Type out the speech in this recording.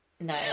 No